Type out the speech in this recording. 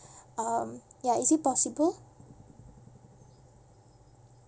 um ya is it possible